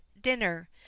dinner